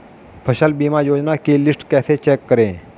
फसल बीमा योजना की लिस्ट कैसे चेक करें?